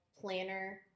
planner